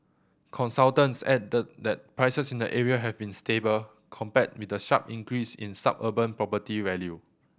consultants added that prices in the area have been stable compared with the sharp increase in suburban property value